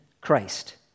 Christ